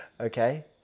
Okay